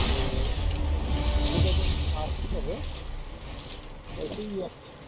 তো ঠিক আছে আমি আসছি তবে এসেই গিয়েছি